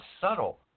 subtle